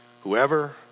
Whoever